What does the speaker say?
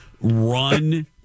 Run